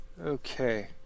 Okay